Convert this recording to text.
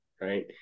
right